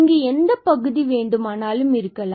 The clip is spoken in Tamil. இங்கு எந்த பகுதி வேண்டுமானாலும் இருக்கலாம்